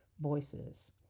voices